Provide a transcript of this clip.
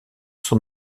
son